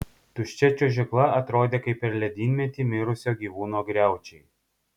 tuščia čiuožykla atrodė kaip per ledynmetį mirusio gyvūno griaučiai